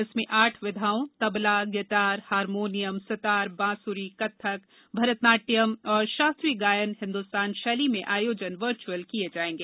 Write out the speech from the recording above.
इसमें आठ विधाओ तबला गिटार हारमोनियम सितार बांसुरी कत्थक भारतनाटृयम तथा शास्त्रीय गायन हिंदुस्तान शैली में आयोजन र्वचुअल किया जाएगा